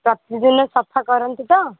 ପ୍ରତିଦିନ ସଫା କରନ୍ତି ତ